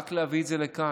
רק צריך להביא את זה לכאן.